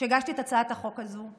כשהגשתי את הצעת החוק הזו,